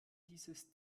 dieses